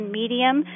medium